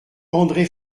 andré